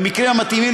במקרים המתאימים,